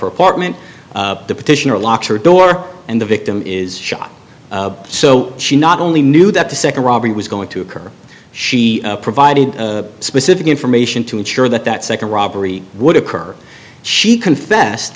her apartment the petitioner locks her door and the victim is shot so she not only knew that the second robbery was going to occur she provided specific information to ensure that that second robbery would occur she confessed